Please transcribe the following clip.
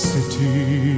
City